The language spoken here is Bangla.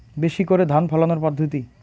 বেশি করে ধান ফলানোর পদ্ধতি?